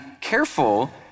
careful